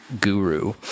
guru